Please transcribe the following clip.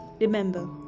Remember